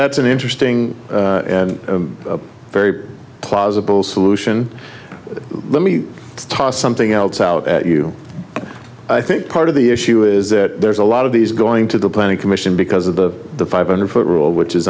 that's an interesting and very plausible solution let me toss something else out at you i think part of the issue is that there's a lot of these going to the planning commission because of the five hundred foot rule which is